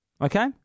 Okay